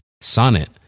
Sonnet